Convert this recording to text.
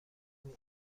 کمی